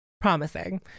Promising